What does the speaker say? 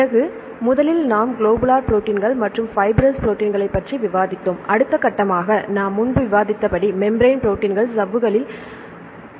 பிறகு முதலில் நாம் க்ளோபுலார் ப்ரோடீன்கள் மற்றும் பைப்ரஸ் ப்ரோடீன்கள்ப் பற்றி விவாதித்தோம் அடுத்த கட்டமாக நாம் முன்பு விவாதித்தபடி மெம்பிரான் ப்ரோடீன்கள் சவ்வுகளில் பதிக்கப்பட்டுள்ளன